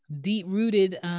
deep-rooted